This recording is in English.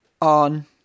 on